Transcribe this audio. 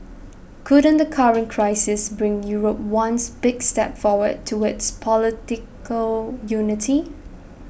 couldn't the current crisis bring Europe ones big step forward towards political unity